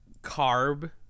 carb